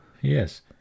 Yes